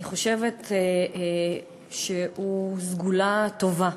אני חושבת שהוא סגולה טובה,